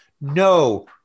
No